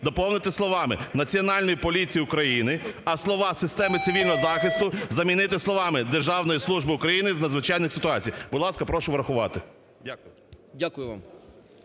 доповнити словами "Національної поліції України", а слова "системи цивільного захисту" замінити словами "державної служби України з надзвичайних ситуацій". Будь ласка, прошу врахувати. Дякую.